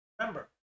remember